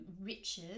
riches